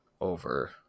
over